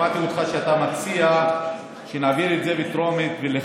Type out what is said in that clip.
שמעתי שאתה מציע שנעביר את זה בטרומית ולחכות.